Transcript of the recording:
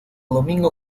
domingo